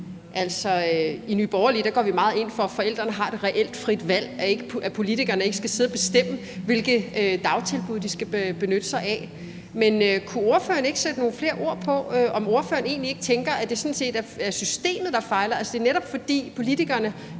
Altså, i Nye Borgerlige går vi meget ind for, at forældrene har et reelt frit valg, og at politikerne ikke skal sidde og bestemme, hvilke dagtilbud de skal benytte sig af. Men kunne ordføreren ikke sætte nogle flere ord på, om ordføreren egentlig ikke tænker, at det sådan set er systemet, der fejler, og at det altså netop er, fordi politikerne